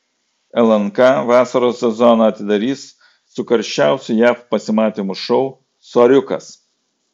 lnk vasaros sezoną atidarys su karščiausiu jav pasimatymų šou soriukas